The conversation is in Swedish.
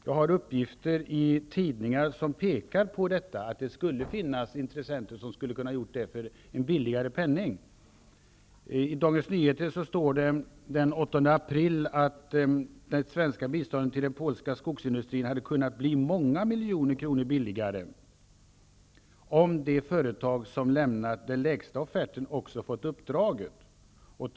Det finns uppgifter i tidningar som pekar på det faktum att det finns intressenter som skulle ha kunnat göra det här billigare. I Dagens Nyheter av den 8 april står följande att läsa: ''Det svenska biståndet till den polska skogsindustrin hade kunnat bli många miljoner billigare, om det företag som lämnat den lägsta offerten också fått uppdraget.''